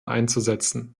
einzusetzen